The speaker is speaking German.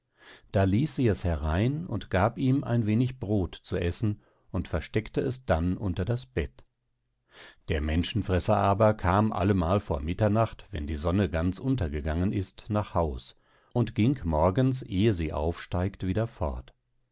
da ließ sie es herein und gab ihm ein wenig brod zu essen und versteckte es dann unter das bett der menschenfresser aber kam allemal vor mitternacht wenn die sonne ganz untergegangen ist nach haus und ging morgens ehe sie aufsteigt wieder fort